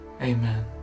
Amen